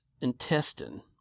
intestine